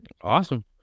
awesome